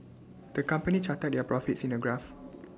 the company charted their profits in A graph